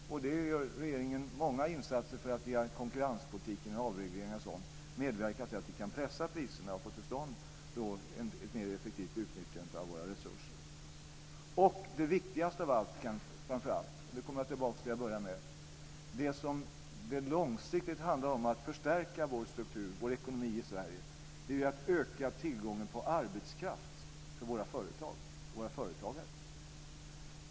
Där gör regeringen många insatser för att via konkurrenspolitik med avreglering och sådant medverka till att vi kan pressa priserna och få till stånd ett mer effektivt utnyttjande av våra resurser. Nu kommer jag tillbaka till det jag började med, det kanske viktigaste av allt när det handlar om att långsiktigt förstärka vår struktur och ekonomi i Sverige. Det är att öka tillgången på arbetskraft för våra företag och våra företagare.